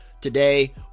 Today